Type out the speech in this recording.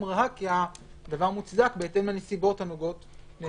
אם הדבר מוצדק בהתאם לנסיבות הנוגעות להתפרצות נגיף הקורונה.